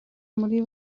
muri